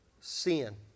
sin